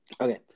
Okay